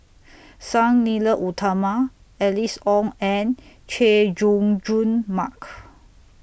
Sang Nila Utama Alice Ong and Chay Jung Jun Mark